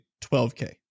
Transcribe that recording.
12K